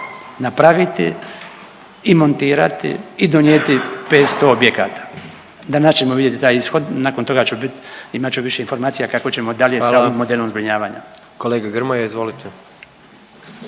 napraviti i montirati i donijeti 500 objekata. Danas ćemo vidjeti taj ishod, nakon toga ću bit, imat ću više informacije kako ćemo dalje …/Upadica: Hvala./… s ovim